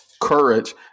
courage